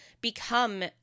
become